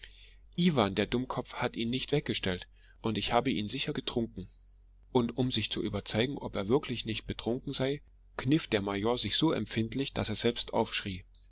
iwan der dummkopf hat ihn nicht weggestellt und ich habe ihn sicher getrunken und um sich zu überzeugen ob er wirklich nicht betrunken sei kniff sich der major so empfindlich daß er selbst aufschrie